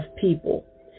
people